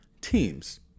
teams